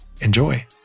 Enjoy